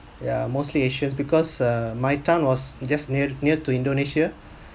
yeah mostly asians because uh my town was just near near to indonesia